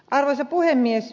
arvoisa puhemies